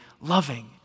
loving